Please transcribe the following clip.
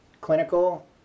clinical